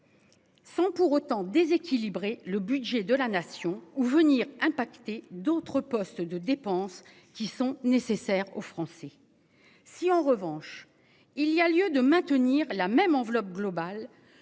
Sans pour autant déséquilibrer le budget de la nation ou venir impacter d'autres postes de dépenses qui sont nécessaires aux Français. Si en revanche, il y a lieu de maintenir la même enveloppe globale.